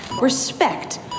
respect